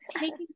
taking